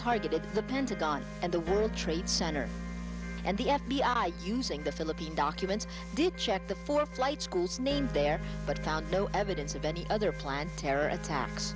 targeted the pentagon and the world trade center and the f b i using the philippine documents did check the for flight schools named there but found no evidence of any other planned terror attacks